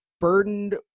burdened